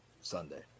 Sunday